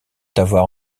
avoir